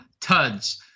tuds